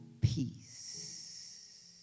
peace